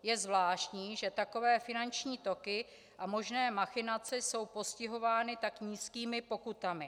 Je zvláštní, že takové finanční toky a možné machinace jsou postihovány tak nízkými pokutami.